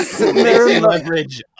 leverage